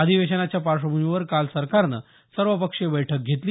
अधिवेशनाच्या पार्श्वभूमीवर काल सरकारनं सर्वपक्षीय बैठक घेतली